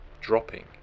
dropping